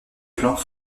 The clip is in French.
plantes